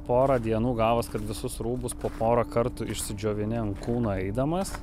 porą dienų gavos kad visus rūbus po porą kartų išsidžiovini ant kūno eidamas